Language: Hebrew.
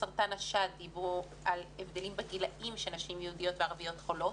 סרטן השד דיברו על הבדלים בגילאים שנשים יהודיות וערביות חולות,